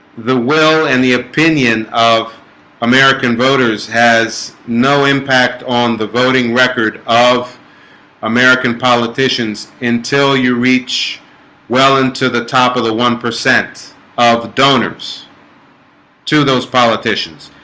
the will and the opinion of american voters has no impact on the voting record of american politicians until you reach well into the top of the one percent of donors to those politicians